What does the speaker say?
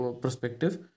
perspective